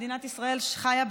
מדינת ישראל חיה,